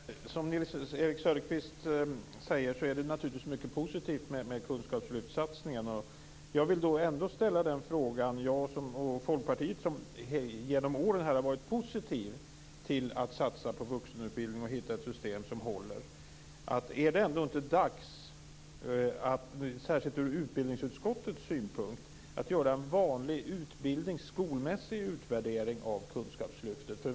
Herr talman! Som Nils-Erik Söderqvist säger är det mycket som är positivt med kunskapslyftssatsningarna. Jag och Folkpartiet, som genom åren har varit positiva till satsningar på vuxenutbildning och som vill hitta ett system som håller, vill ändå ställa följande fråga: Är det inte dags, särskilt ur utbildningsutskottets synpunkt, att göra en vanlig skolmässig utvärdering av kunskapslyftet?